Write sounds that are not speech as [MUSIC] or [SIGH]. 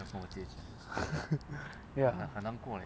[LAUGHS] ya